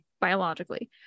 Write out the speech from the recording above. biologically